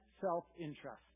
self-interest